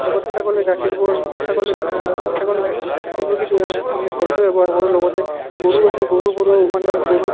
লগতে ছাগলীৰ গাখীৰবোৰ ছাগলী ছাগলীৰ গাখীৰবোৰ কিছু আমি ঘৰতে ব্যৱহাৰ কৰোঁ লগতে গৰু আছে গৰুবোৰো মানে গৰুৰ